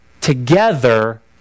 together